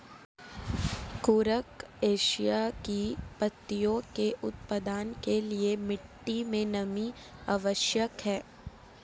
कुरुख एशिया की पत्तियों के उत्पादन के लिए मिट्टी मे नमी आवश्यक है